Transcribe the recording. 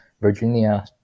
Virginia